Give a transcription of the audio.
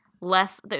less